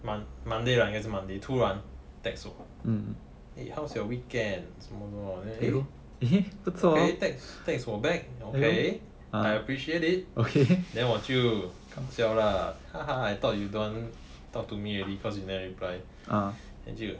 mon~ monday righ~ 应该是 monday 突然 text 我 eh how's your weekend 什么什么什么 then eh eh text 我 back okay I appreciate it the 我就 kachiao lah haha I thought you don't talk to me already cause you never reply then 就